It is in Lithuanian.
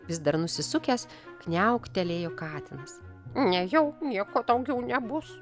vis dar nusisukęs kniauktelėjo katinas nejau nieko daugiau nebus